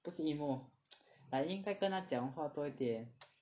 不是 emo 应该跟他讲话多一点